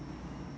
okay